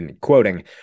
quoting